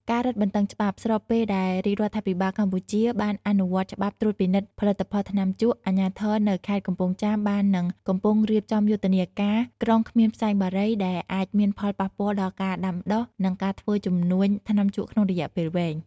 ការរឹតបន្តឹងច្បាប់ ស្របពេលដែលរាជរដ្ឋាភិបាលកម្ពុជាបានអនុវត្តច្បាប់ត្រួតពិនិត្យផលិតផលថ្នាំជក់ អាជ្ញាធរនៅខេត្តកំពង់ចាមបាននិងកំពុងរៀបចំយុទ្ធនាការ ក្រុងគ្មានផ្សែងបារី ដែលអាចមានផលប៉ះពាល់ដល់ការដាំដុះ និងការធ្វើជំនួញថ្នាំជក់ក្នុងរយៈពេលវែង។